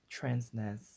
transness